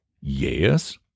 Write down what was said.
Yes